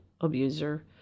abuser